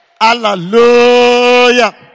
Hallelujah